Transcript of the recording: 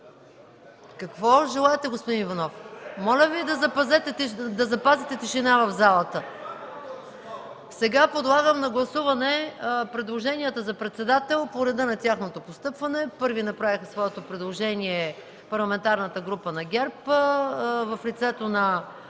Какво желаете, господин Иванов? Моля, запазете тишина в залата! Подлагам на гласуване предложенията за председател по реда на тяхното постъпване. Първи направиха своето предложение Парламентарната група на ГЕРБ в лицето на